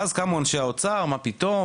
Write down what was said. ואז קמו אנשי האוצר, "מה פתאום?